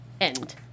End